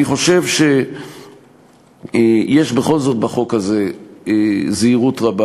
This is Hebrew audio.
אני חושב שיש בכל זאת בחוק הזה זהירות רבה.